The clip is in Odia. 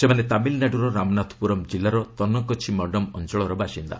ସେମାନେ ତାମିଲନାଡ୍ରର ରାମନାଥପ୍ରରମ୍ ଜିଲ୍ଲାର ତନକଛି ମଡମ୍ ଅଞ୍ଚଳର ବାସିନ୍ଦା